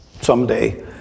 someday